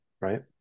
right